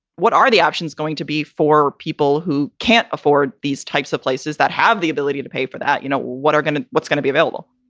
what are the options going to be for people who can't afford these types of places that have the ability to pay for that? you know, what are going to what's gonna be available?